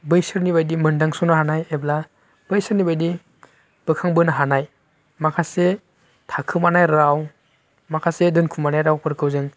बैसोरनि बायदि मोनदांस'नो हानाय एबा बैसोरनि बादि बोखांबोनो हानाय माखासे थाखोमानाय राव माखासे दोनखुमानाय रावफोरखौ जों